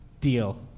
deal